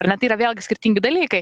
ar ne tai yra vėlgi skirtingi dalykai